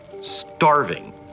starving